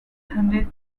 hundred